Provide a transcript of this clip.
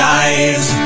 eyes